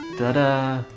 that ah